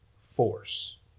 force